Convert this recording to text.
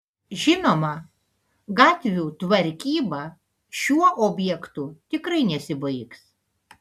žinoma gatvių tvarkyba šiuo objektu tikrai nesibaigs